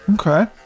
Okay